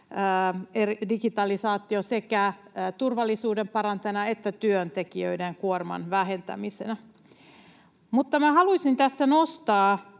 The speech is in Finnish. digitalisaatio sekä turvallisuuden parantajana että työntekijöiden kuorman vähentämisenä. Mutta haluaisin tässä nostaa